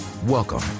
Welcome